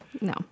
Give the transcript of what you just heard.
No